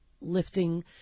lifting